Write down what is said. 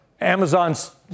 Amazon's